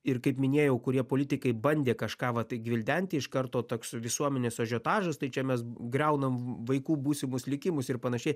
ir kaip minėjau kurie politikai bandė kažką va tai gvildenti iš karto toks visuomenės ažiotažas tai čia mes griaunam vaikų būsimus likimus ir panašiai